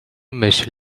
myśl